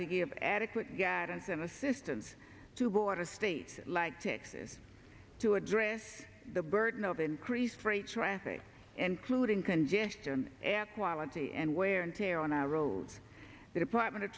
to give adequate guidance and assistance to border states like texas to address the burden of increased freight traffic including congestion and quality and wear and tear on our roads the department of